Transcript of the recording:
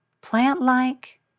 plant-like